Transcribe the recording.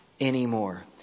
anymore